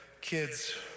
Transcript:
kids